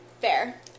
Fair